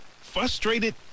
frustrated